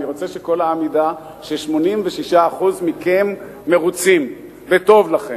אני רוצה שכל העם ידע ש-86% מכם מרוצים וטוב לכם,